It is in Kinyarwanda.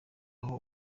aho